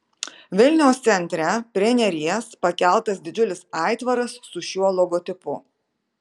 vilniaus centre prie neries pakeltas didžiulis aitvaras su šiuo logotipu